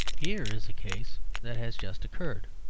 here is a case that has just occurred.